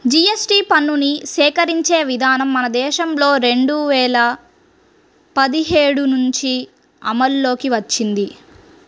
GST పన్నుని సేకరించే విధానం మన దేశంలో రెండు వేల పదిహేడు నుంచి అమల్లోకి వచ్చింది